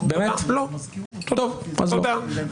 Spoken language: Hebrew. תודה.